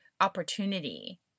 opportunity